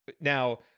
Now